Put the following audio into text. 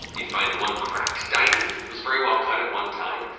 you find one cracked diamond. it was very well-cut at one time.